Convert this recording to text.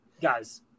guys